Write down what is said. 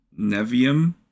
Nevium